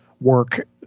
work